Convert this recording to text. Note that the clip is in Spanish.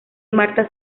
martha